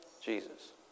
Jesus